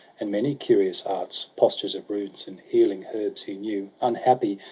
and many curious arts, postures of runes, and healing herbs he knew unhappy!